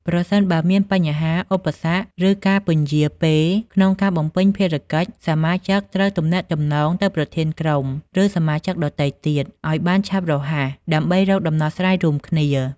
ប្រសិនបើមានបញ្ហា ឧបសគ្គ ឬការពន្យារពេលក្នុងការបំពេញភារកិច្ច សមាជិកត្រូវទំនាក់ទំនងទៅប្រធានក្រុម ឬសមាជិកដទៃទៀតឱ្យបានឆាប់រហ័ស ដើម្បីរកដំណោះស្រាយរួមគ្នា។